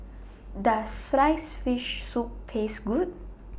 Does Sliced Fish Soup Taste Good